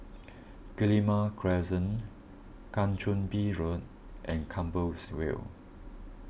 Guillemard Crescent Kang Choo Bin Road and Compassvale